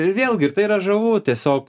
ir vėlgi tai yra žavu tiesiog